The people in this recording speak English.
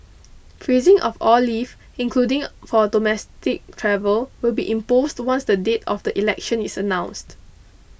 freezing of all leave including for domestic travel will be imposed once the date of the election is announced